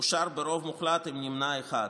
אושר ברוב מוחלט עם נמנע אחד.